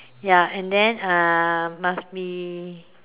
ya and then uh must be